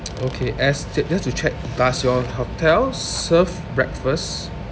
okay as just just to check does you hotel serve breakfast